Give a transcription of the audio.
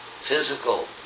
physical